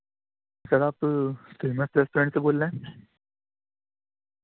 سر آپ famous restaurant سے بول رہے ہیں